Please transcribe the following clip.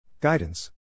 Guidance